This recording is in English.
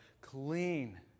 clean